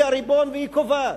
היא הריבון והיא הקובעת.